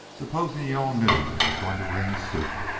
supposing you-all knew it was going to rain soup.